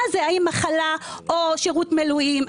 מה זה האם מחלה או שירות מילואים,